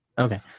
Okay